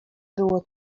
było